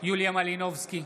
יוליה מלינובסקי,